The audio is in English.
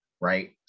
right